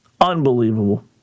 Unbelievable